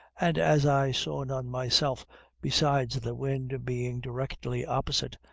and as i saw none myself besides the wind being directly opposite,